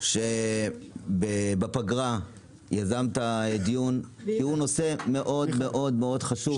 כך שבפגרה יזמת דיון בנושא מאוד חשוב.